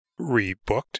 rebooked